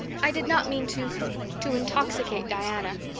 i did not mean to to intoxicate diana.